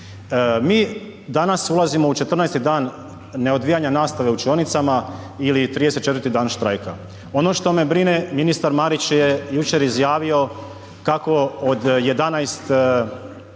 Mi danas ulazimo u 14. dan neodvijanja nastave u učionicama ili 34. dan štrajka. Ono što me brine, ministar Marić je jučer izjavio kako od 11